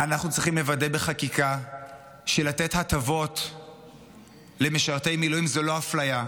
אנחנו צריכים לוודא בחקיקה שלתת הטבות למשרתי מילואים זה לא אפליה.